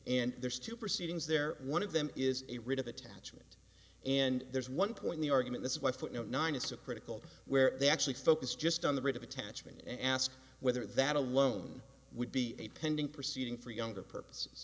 and there's two proceedings there one of them is a writ of attachment and there's one point the argument this is why footnote nine is a critical where they actually focus just on the writ of attachment and ask whether that alone would be a pending proceeding for younger purposes